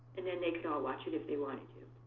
and then they could all watch it if they wanted